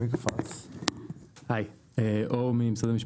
הצבעה אושר.